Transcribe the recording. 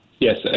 Yes